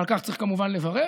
ועל כך צריך כמובן לברך.